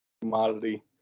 commodity